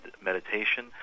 meditation